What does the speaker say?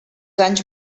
anys